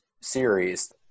series